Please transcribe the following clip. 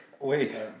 Wait